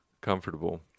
comfortable